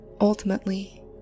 ultimately